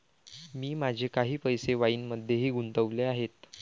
मी माझे काही पैसे वाईनमध्येही गुंतवले आहेत